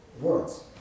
words